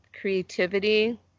creativity